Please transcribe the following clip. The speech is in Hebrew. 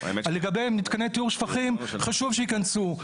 לגבי מתקני טיהור שפכים, חשוב שייכנסו.